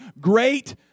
great